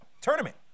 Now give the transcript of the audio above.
tournament